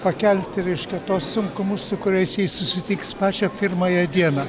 pakelti reiškia tuos sunkumus su kuriais jis susitiks pačią pirmąją dieną